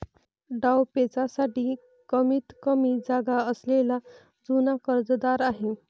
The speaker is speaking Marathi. डावपेचांसाठी कमीतकमी जागा असलेला जुना कर्जदार आहे